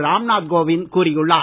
ராம்நாத் கோவிந்த் கூறியுள்ளார்